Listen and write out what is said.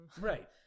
right